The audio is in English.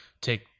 take